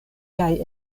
kaj